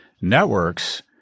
networks